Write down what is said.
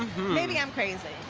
maybe i am crazy.